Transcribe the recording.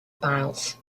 piles